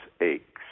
aches